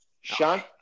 Sean